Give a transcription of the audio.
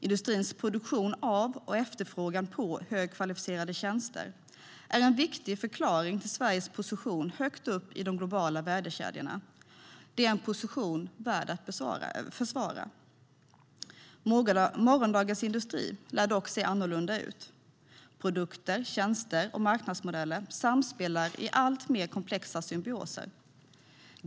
Industrins produktion av och efterfrågan på högkvalificerade tjänster är en viktig förklaring till Sveriges position högt upp i de globala värdekedjorna. Det är en position värd att försvara. Morgondagens industri lär dock se annorlunda ut. Produkter, tjänster och marknadsmodeller samspelar i alltmer komplex symbios.